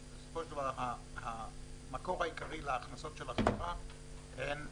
בסופו של דבר המקור העיקרי להכנסות של החברה הן